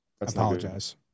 apologize